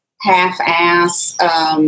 half-ass